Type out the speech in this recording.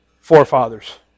forefathers